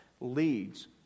leads